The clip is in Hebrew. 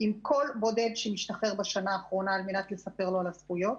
עם כל בודד שמשתחרר בשנה האחרונה על מנת לספר לו על הזכויות.